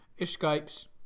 escapes